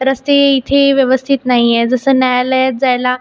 रस्ते इथे व्यवस्थित नाही आहे जसं न्यायालयात जायला